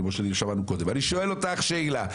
אני שואל אותך שאלה,